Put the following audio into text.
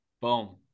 boom